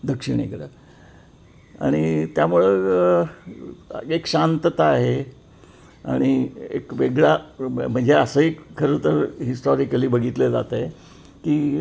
दक्षिणेकडं आणि त्यामुळं एक शांतता आहे आणि एक वेगळा म्हणजे असंही खरं तर हिस्टॉरिकली बघितलं जात आहे की